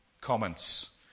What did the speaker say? comments